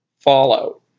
fallout